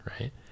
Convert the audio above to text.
Right